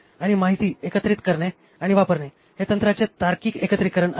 आणि माहिती एकत्रित करणे आणि वापरणे हे तंत्रांचे तार्किक एकत्रीकरण आहे